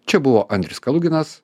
čia buvo andrius kaluginas